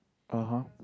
(uh huh)